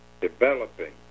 developing